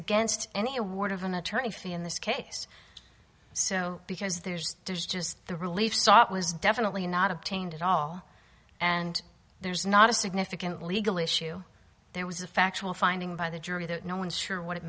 against any award of an attorney for me in this case so because there's just the relief sought was definitely not obtained at all and there's not a significant legal issue there was a factual finding by the jury that no one's sure what it